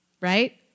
right